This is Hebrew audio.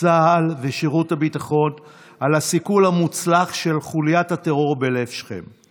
צה"ל ושירות הביטחון על הסיכול המוצלח של חוליית הטרור בלב שכם.